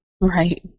Right